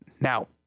Now